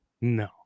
no